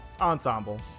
ensemble